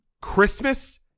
Christmas